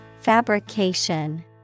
Fabrication